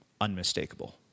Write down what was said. unmistakable